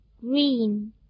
green